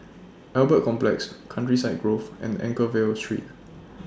Albert Complex Countryside Grove and Anchorvale Street